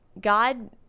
God